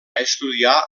estudiar